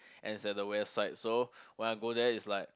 and it's at the west side so when I go there is like